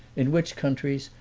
in which countries,